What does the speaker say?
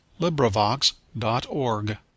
LibriVox.org